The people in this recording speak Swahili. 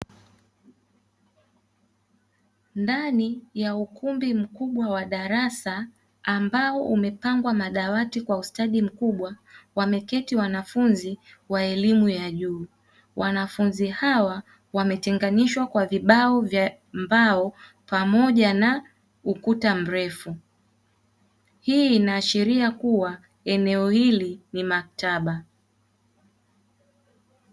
Ndani ya ukumbi mkubwa wa darasa ambao umepangwa madawati kwa ustadi mkubwa, wameketi wanafunzi wa elimu ya juu. Wanafunzi hawa wametenganishwa kwa vibao vya mbao pamoja na ukuta mrefu. Hii inaashiria kuwa eneo hili ni maktaba.